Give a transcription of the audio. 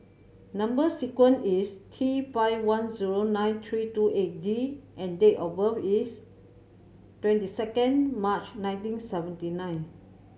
number sequence is T five one zero nine three two eight D and date of birth is twenty second March nineteen seventy nine